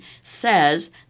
says